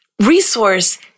resource